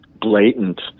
blatant